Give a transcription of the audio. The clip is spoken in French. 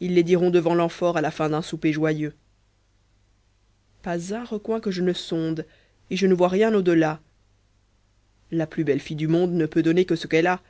ils les diront devant l'amphore a la fin d'un souper joyeux pas un recoin que je ne sonde et je ne vois rien au-delà la plus belle fille du monde ne peut donner que ce qu'elle a